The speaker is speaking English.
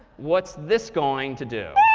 what's this going to do?